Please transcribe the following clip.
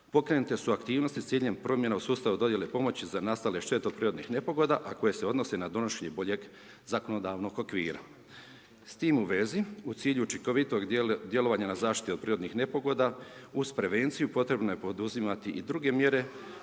pokrenute su aktivnosti s ciljem promjena u sustavu dodjele pomoći za nastale štete od prirodnih nepogoda, a koje se odnose na donošenje boljeg zakonodavnog okvira. S tim u vezi, u cilju učinkovitog djelovanja na zaštitu od prirodnih nepogoda, uz prevenciju, potrebno je poduzimati i druge mjere